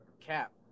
Cap